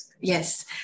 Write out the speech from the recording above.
yes